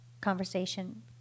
conversation